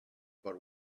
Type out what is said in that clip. but